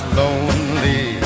lonely